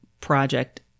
project